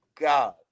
god